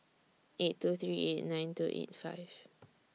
eight two three eight nine two eight five